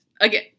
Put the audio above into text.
Again